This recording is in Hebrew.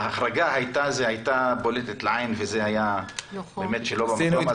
ההחרגה הייתה בולטת לעין וזה היה באמת שלא במקום.